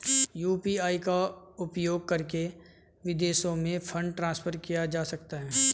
UPI का उपयोग करके विदेशों में फंड ट्रांसफर किया जा सकता है?